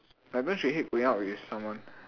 don't you hate going out with someone